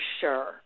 sure